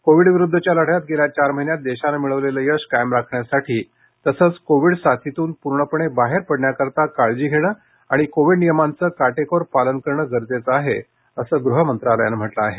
कोविडविरुद्धच्या लढ्यात गेल्या चार महिन्यात देशानं मिळवलेलं यश कायम राखण्यासाठी तसंच कोविड साथीतून पूर्णपणे बाहेर पडण्याकरता काळजी घेणं आणि कोविड नियमांचं कोटेकोर पालन करणं गरजेचं आहे असं गृह मंत्रालयानं म्हटलं आहे